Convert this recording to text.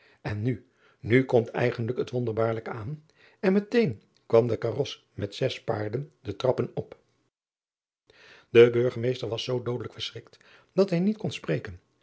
en nu komt eigenlijk het wonderbaarlijke aan en meteen kwam de karos met zes paarden de trappen op e urgemeester was zoo doodelijk verschrikt dat hij niet kon spreken